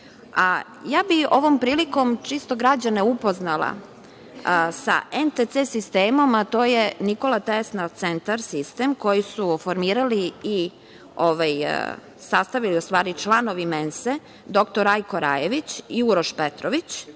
ja bih ovom prilikom, čisto građane upoznala sa NTC sistemom, a to je Nikola Tesla centar sistem koji su formirali i sastavili, u stvari, članovi Mense, dr Rajko Rajević i Uroš Petrović